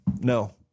No